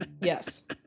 Yes